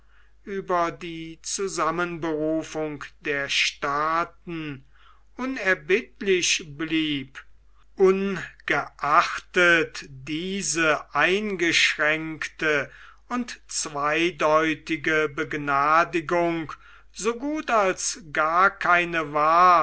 über die zusammenberufung der staaten unerbittlich blieb ungeachtet diese eingeschränkte und zweideutige begnadigung so gut als gar keine war